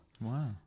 Wow